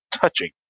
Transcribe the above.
touching